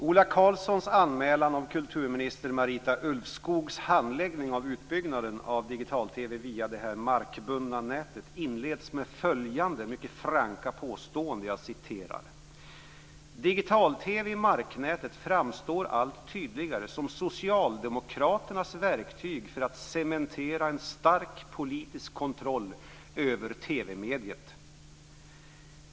Ola Karlssons anmälan av kulturminister Marita Ulvskogs handläggning av utbyggnaden av digital TV via det markbundna nätet inleds med följande mycket franka påstående: "Digital TV i marknätet framstår allt tydligare som socialdemokraternas verktyg för att cementera en stark politisk kontroll över TV-mediet."